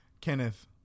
Kenneth